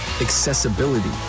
Accessibility